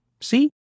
See